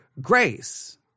grace